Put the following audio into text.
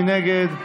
מי נגד?